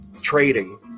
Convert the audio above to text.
trading